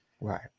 Right